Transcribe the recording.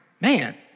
man